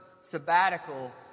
sabbatical